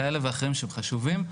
כאלה ואחרים שהם חשובים,